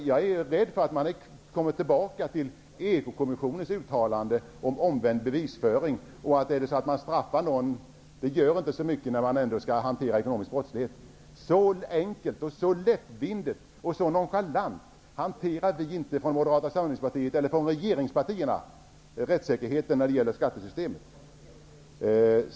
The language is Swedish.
Jag är rädd för att vi kommer tillbaka till det som Ekokommissionen uttalade sig om, nämligen omvänd bevisföring och att det blir så att om man straffar någon gör det inte så mycket när man ändå skall hantera ekonomisk brottslighet. Så enkelt, så lättvindigt och nonchalant hanterar vi inte från Moderaterna eller från regeringspartiernas sida rättssäkerheten när det gäller skattesystemet.